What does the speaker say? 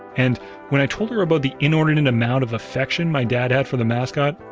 and when i told her about the inordinate amount of affection my dad had for the mascot,